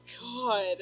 God